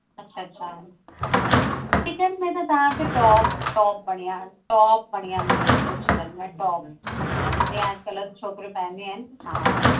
अच्छा अच्छा चिकन में त तव्हां खे टॉप टॉप बणिया टॉप बढ़िया मिली वेंदो चिकन में टॉप जीअं अॼु कल्ह छोकिरियूं पाईंदियूं आहिनि हा